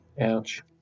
Ouch